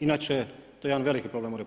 Inače, to je jedan veliki problem u RH